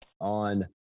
on